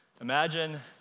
Imagine